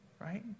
Right